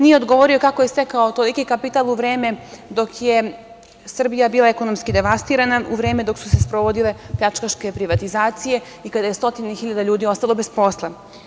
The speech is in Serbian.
Nije odgovorio kako je stekao toliki kapital u vreme dok je Srbija bila ekonomski devastirana, u vreme dok su se sprovodile pljačkaške privatizacije i kada je stotine hiljada ljudi ostalo bez posla.